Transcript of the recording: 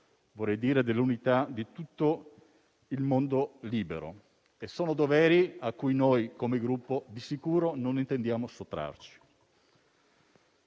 vorrei dire dell'unità di tutto il mondo libero. Sono doveri cui noi, come Gruppo, di sicuro non intendiamo sottrarci.